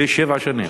לשבע שנים.